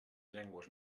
llengües